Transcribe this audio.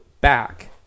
back